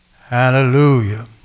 hallelujah